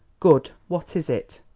good! what is it?